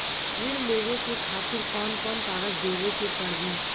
ऋण लेवे के खातिर कौन कोन कागज देवे के पढ़ही?